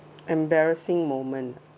embarrassing moment